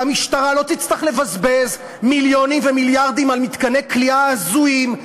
והמשטרה לא תצטרך לבזבז מיליונים ומיליארדים על מתקני כליאה הזויים,